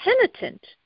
penitent